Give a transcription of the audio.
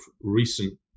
recent